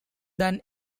than